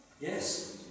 Yes